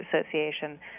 Association